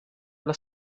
alla